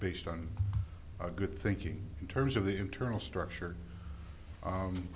based on good thinking in terms of the internal structure